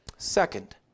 Second